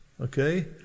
Okay